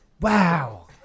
Wow